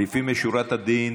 לפנים משורת הדין